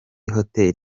hotel